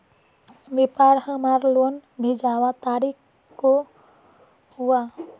व्यापार हमार लोन भेजुआ तारीख को हुआ?